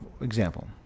example